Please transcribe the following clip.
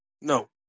No